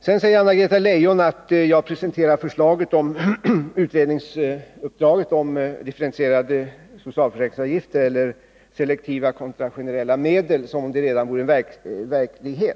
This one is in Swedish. Sedan säger Anna-Greta Leijon att jag presenterar utredningsuppdraget om differentierade socialförsäkringsavgifter eller selektiva kontra generella medel som om resultatet redan vore verklighet.